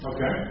Okay